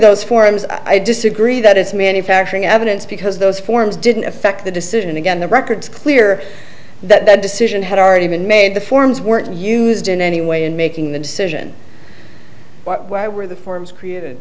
those forms i disagree that it's manufacturing evidence because those forms didn't affect the decision and again the records clear that decision had already been made the forms weren't used in any way in making the decision why were the forms created